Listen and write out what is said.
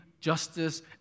justice